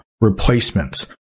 Replacements